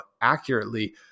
accurately